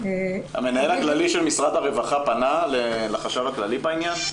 המנהל הכללי של משרד הרווחה פנה לחשב הכללי בעניין?